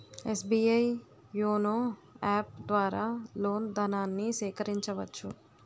SBI YONO app ద్వారా loan ధనాన్ని సేకరించవచ్చు